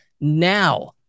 now